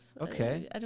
Okay